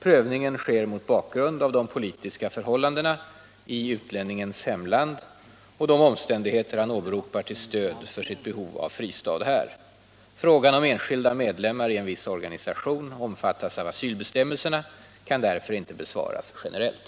Prövningen sker mot bakgrund av de politiska förhållandena i utlänningens hemland och de omständigheter han åberopar till stöd för sitt behov av fristad här. Frågan, om enskilda medlemmar i en viss organisation omfattas av asylbestämmelserna, kan därför inte besvaras generellt.